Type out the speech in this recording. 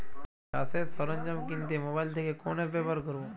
চাষের সরঞ্জাম কিনতে মোবাইল থেকে কোন অ্যাপ ব্যাবহার করব?